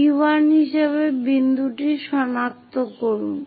P1 হিসাবে সেই বিন্দুটি সনাক্ত করুন